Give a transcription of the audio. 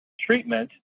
treatment